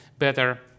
better